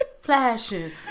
Flashing